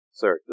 sir